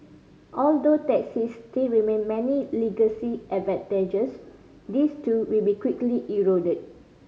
although taxis still retain many legacy advantages these too will be quickly eroded